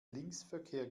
linksverkehr